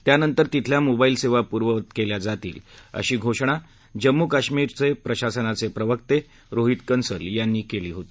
त्यानंतर तिथल्या मोबाईल सेवा पूर्ववत केल्या जातील अशी घोषणा जम्मू आणि काश्मीर प्रशासनाचे प्रवक्ते रोहीत कन्सल यांनी केली होती